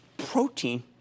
protein